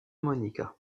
monica